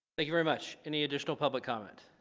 thank you very much any additional public comment